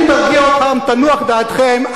אני מרגיע אתכם, תנוח דעתכם.